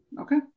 Okay